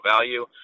Value